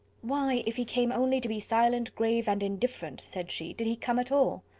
why, if he came only to be silent, grave, and indifferent, said she, did he come at all?